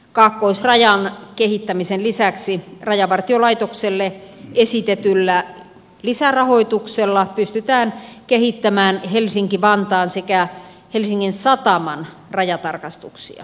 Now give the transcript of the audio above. kaakkoisrajan kehittämisen lisäksi rajavartiolaitokselle esitetyllä lisärahoituksella pystytään kehittämään helsinki vantaan sekä helsingin sataman rajatarkastuksia